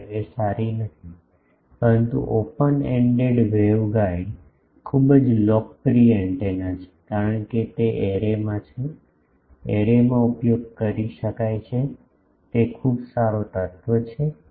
5 એ સારી નથી પરંતુ ઓપન એન્ડેડ વેવગાઇડ ખૂબ જ લોકપ્રિય એન્ટેના છે કારણ કે તે એરેમાં છે એરેમાં ઉપયોગ કરી શકાય છે તે ખૂબ સારો તત્વ છે